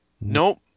Nope